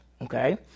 okay